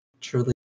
truly